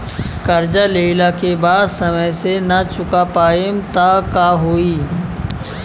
कर्जा लेला के बाद समय से ना चुका पाएम त का होई?